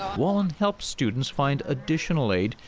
wallin helps students find additional aid,